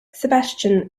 sebastian